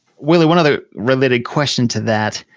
willie, one other related question to that.